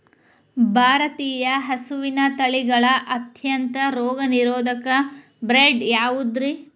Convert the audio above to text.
ಭಾರತೇಯ ಹಸುವಿನ ತಳಿಗಳ ಅತ್ಯಂತ ರೋಗನಿರೋಧಕ ಬ್ರೇಡ್ ಯಾವುದ್ರಿ?